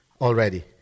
already